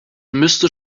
müsste